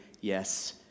yes